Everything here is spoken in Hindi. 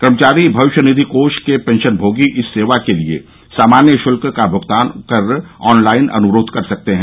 कर्मचारी भविष्य निधि कोष के पेंशनभोगी इस सेवा के लिए सामान्य शुल्क का भूगतान कर ऑनलाइन अनुरोध कर सकते हैं